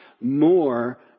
more